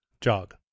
Jog